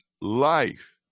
life